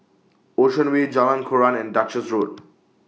Ocean Way Jalan Koran and Duchess Road